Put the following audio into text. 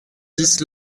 dix